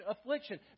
affliction